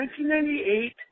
1998